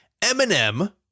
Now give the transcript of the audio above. Eminem